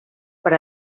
per